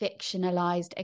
fictionalized